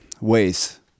ways